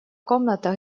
комната